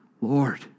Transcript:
Lord